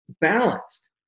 balanced